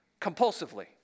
compulsively